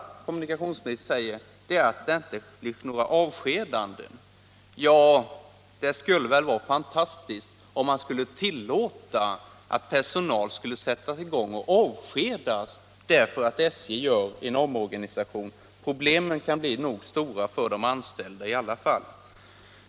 Kommunikationsministern säger vidare att det inte blir några avskedanden. Ja, det vore väl fantastiskt om man skulle tillåta att personal avskedades därför att SJ gör en omorganisation! Problemen kan ändå bli tillräckligt stora för de anställda.